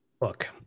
look